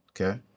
Okay